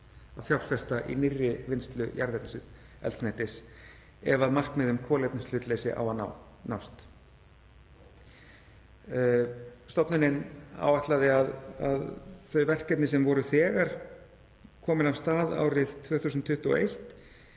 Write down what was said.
að fjárfesta í nýrri vinnslu jarðefnaeldsneytis ef markmið um kolefnishlutleysi á að nást. Stofnunin áætlaði að þau verkefni sem voru þegar komin af stað árið 2021